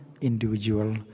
individual